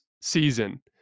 season